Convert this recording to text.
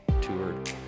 toured